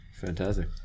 fantastic